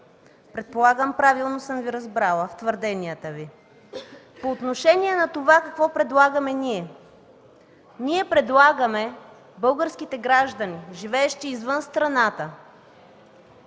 Предполагам правилно съм разбрала твърденията Ви? По отношение на това какво предлагаме ние – ние предлагаме българските граждани, живеещи извън страната,